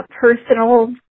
personal